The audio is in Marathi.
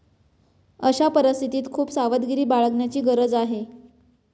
अशा परिस्थितीत खूप सावधगिरी बाळगण्याची गरज आहे